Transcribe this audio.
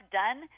done